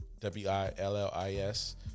W-I-L-L-I-S